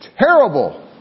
terrible